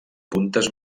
puntes